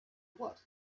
what